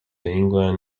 england